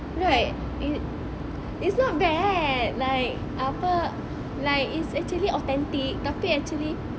right it it's not bad like apa like it's actually authentic tapi actually